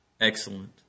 excellent